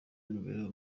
n’imibereho